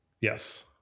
Yes